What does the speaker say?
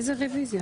איזו רוויזיה?